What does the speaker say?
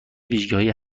ویژگیهایی